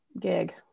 gig